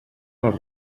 les